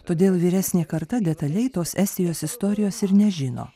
todėl vyresnė karta detaliai tos estijos istorijos ir nežino